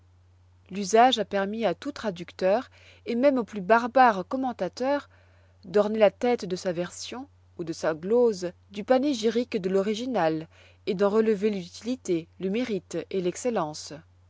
l'usage a permis à tout traducteur et même au plus barbare commentateur d'orner la tête de sa version ou de sa glose du panégyrique de l'original et d'en relever l'utilité le mérite et l'excellence